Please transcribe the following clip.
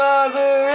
Mother